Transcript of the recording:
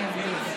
אני אסביר.